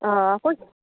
অঁ ক'ত